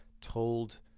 told